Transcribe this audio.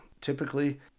typically